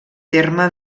terme